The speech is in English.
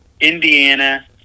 Indiana